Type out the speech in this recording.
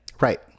right